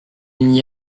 n’y